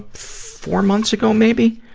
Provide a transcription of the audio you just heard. four months ago maybe?